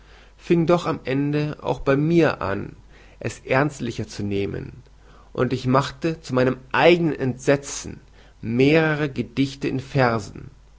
fing doch am ende auch bei mir an es ernstlicher zu nehmen und ich machte zu meinem eigenen entsetzen mehrere gedichte in versen